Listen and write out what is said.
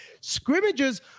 scrimmages